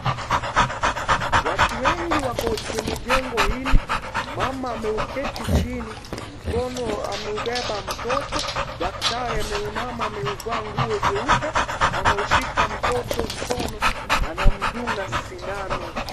Watu wengi wako kwenye jengo hili, mama ameuketi chini, mkono ameubeba mtoto, daktari ameinama ameuvaa nguo jeupe anaushika mtoto mkono anamdunga sindano.